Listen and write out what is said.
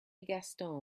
gaston